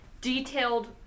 detailed